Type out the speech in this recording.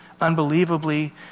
unbelievably